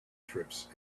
trips